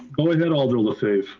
go ahead, alder lefebvre.